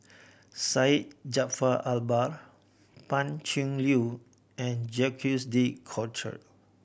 Syed Jaafar Albar Pan Cheng Lui and Jacques De Coutre